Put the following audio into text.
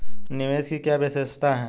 निवेश की क्या विशेषता है?